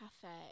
cafe